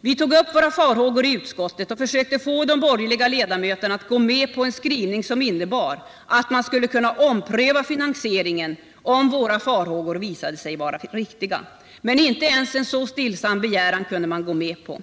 Vi tog upp våra farhågor i utskottet och försökte få de borgerliga ledamöterna att gå med på en skrivning som innebar att man skulle kunna ompröva finansieringen om våra farhågor visade sig vara riktiga. Men inte ens en så stillsam begäran kunde man gå med på.